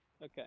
Okay